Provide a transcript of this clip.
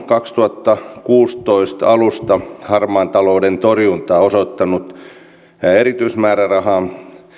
kaksituhattakuusitoista alusta harmaan talouden torjuntaan osoittanut erityismäärärahan